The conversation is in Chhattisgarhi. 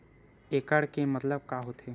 एकड़ के मतलब का होथे?